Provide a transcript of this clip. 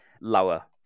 lower